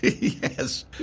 Yes